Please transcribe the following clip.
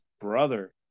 brother